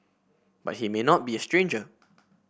but he may not be a stranger